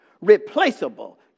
replaceable